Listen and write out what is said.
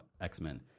X-Men